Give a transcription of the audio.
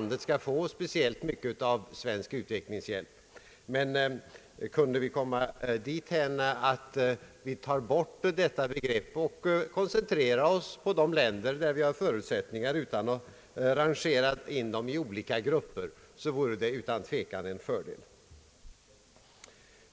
vilka som skall få speciellt mycket av svensk utvecklingshjälp. Men kunde vi komma dithän att vi avskaffade begreppet huvudmottagarländer och koncentrerade oss på de länder där vi har förutsättningar att göra en insats, utan att inrangera dem i olika grupper, vore det utan tvivel en fördel.